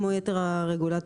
כמו יתר הרגולטורים,